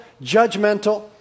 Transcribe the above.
judgmental